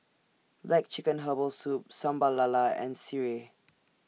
Black Chicken Herbal Soup Sambal Lala and Sireh